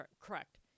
Correct